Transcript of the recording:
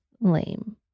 lame